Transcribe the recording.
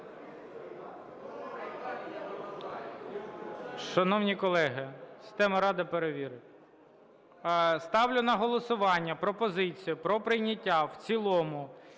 Шановні колеги, система "Рада" перевірить. Ставлю на голосування пропозицію про прийняття в цілому